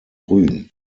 grün